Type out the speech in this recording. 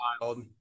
wild